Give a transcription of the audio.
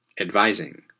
Advising